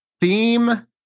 theme